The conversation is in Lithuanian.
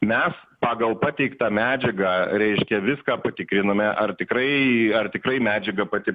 mes pagal pateiktą medžiagą reiškia viską patikriname ar tikrai ar tikrai medžiaga pati